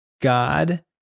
God